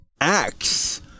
Axe